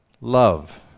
love